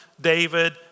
David